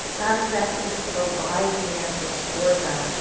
not exactly to provide the answers for them,